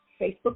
Facebook